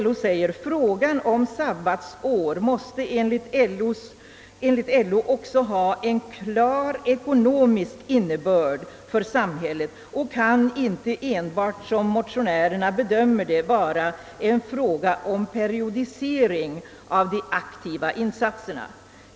LO säger: »Frågan om sabbatsår måste enligt LO också ha en klar ekonomisk innebörd för samhället och kan inte enbart som motionärerna bedömer det vara en fråga om periodisering av de aktiva insatserna.